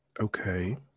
okay